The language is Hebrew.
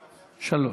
שלוש.